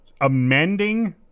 Amending